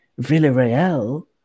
Villarreal